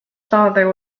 father